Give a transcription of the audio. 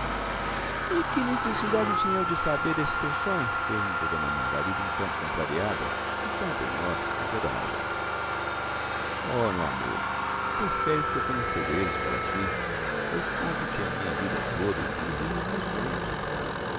que necessidade tinha eu de saber desse teu sonho perguntou d margarida um tanto contrariada e cá entre nós com toda a razão oh meu amor pois queres que eu tenha segredos para ti eu conto te a minha vida toda inclusive os meus sonhos